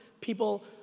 People